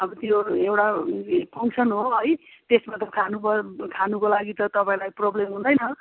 अब त्यो एउटा फङ्सन हो है त्यसमा त खानुको खानुको लागि त तपाईँलाई प्रब्लम हुँदैन